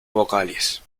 vocales